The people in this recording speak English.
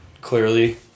clearly